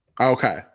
Okay